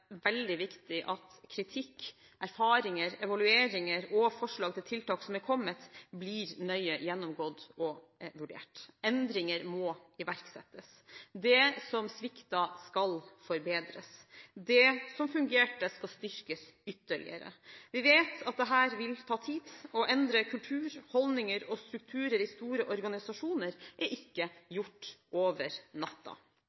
veldig viktig at kritikk, erfaringer, evalueringer og forslag til tiltak som er kommet, blir nøye gjennomgått og vurdert. Endringer må iverksettes. Det som sviktet, skal forbedres. Det som fungerte, skal styrkes ytterligere. Vi vet at dette vil ta tid – det å endre kultur, holdninger og strukturer i store organisasjoner er ikke